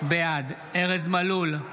בעד ארז מלול,